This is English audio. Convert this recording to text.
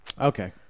Okay